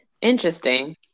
Interesting